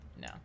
No